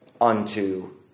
unto